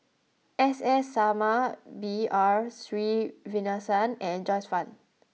S S Sarma B R Sreenivasan and Joyce Fan